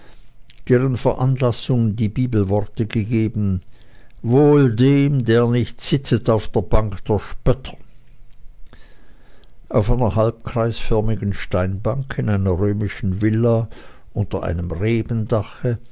deren veranlassung die bibelworte gegeben wohl dem der nicht sitzet auf der bank der spötter auf einer halbkreisförmigen steinbank in einer römischen villa unter einem